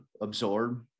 absorb